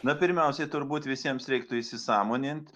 na pirmiausiai turbūt visiems reiktų įsisąmonint